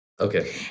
Okay